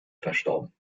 verstorben